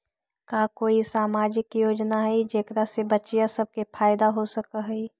का कोई सामाजिक योजना हई जेकरा से बच्चियाँ सब के फायदा हो सक हई?